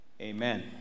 Amen